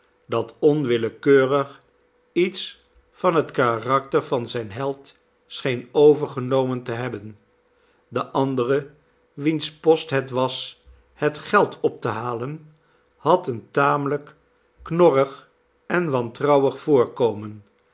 dat onwillekeurig iets van hetkarakter van zijn held scheen overgenomen te hebben de andere wiens post het was het geld op te halen had een tamelijk knorrig en wantrouwig voorkomen